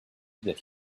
that